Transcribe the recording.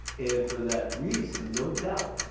and for that reason, no doubt,